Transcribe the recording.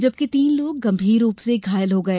जबकि तीन लोग गंभीर रूप से घायल होगए